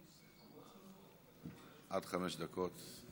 עד חמש דקות.